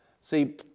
See